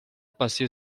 passé